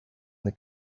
seen